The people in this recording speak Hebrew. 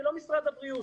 אני לא משרד הבריאות.